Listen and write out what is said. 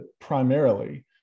primarily